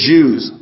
Jews